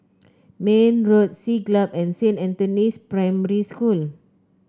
Mayne Road Siglap and Saint Anthony's Primary School